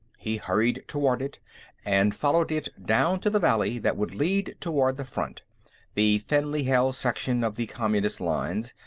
he hurried toward it and followed it down to the valley that would lead toward the front the thinly-held section of the communist lines,